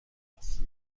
است